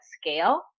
scale